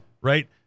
Right